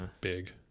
big